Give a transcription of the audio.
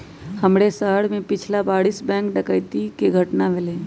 हमरे शहर में पछिला बरिस बैंक डकैती कें घटना भेलइ